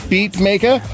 BeatMaker